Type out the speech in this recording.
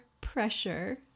pressure